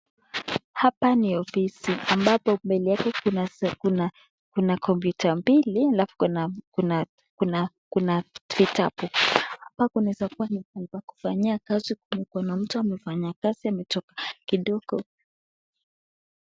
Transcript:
Hapa ni ofisi ambapo mbele yake kuna kuna kuna kompyuta mbili halafu kuna kuna kuna kuna kitabu. Hapa kunaezakua ni pahali pa kufanyia kazi na kuna mtu amefanya kazi ametoka kidogo.